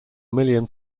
million